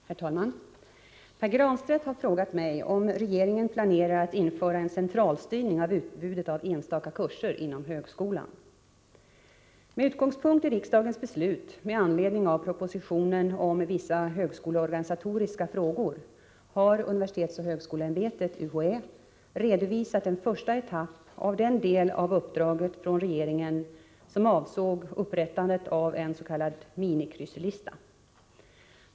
Herr talman! Pär Granstedt har frågat mig om regeringen planerar att införa en centralstyrning av utbudet av enstaka kurser inom högskolan. Med utgångspunkt i riksdagens beslut med anledning av propositionen om vissa högskoleorganisatoriska frågor har universitetsoch högskoleämbetet redovisat en första etapp av den del av uppdraget från regeringen som avsåg upprättandet av en s.k. minikrysslista.